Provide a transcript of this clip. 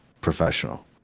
professional